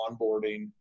onboarding